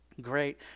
great